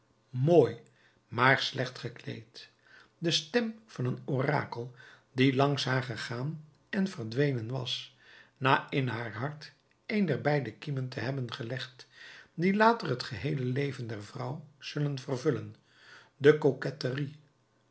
mooi maar slecht gekleed de stem van een orakel die langs haar gegaan en verdwenen was na in haar hart een der beide kiemen te hebben gelegd die later het geheele leven der vrouw zullen vervullen de